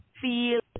feel